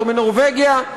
לא בנורבגיה.